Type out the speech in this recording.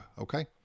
Okay